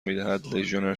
میدهد، لژیونر